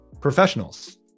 professionals